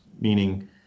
meaning